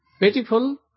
Beautiful